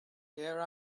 here